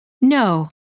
No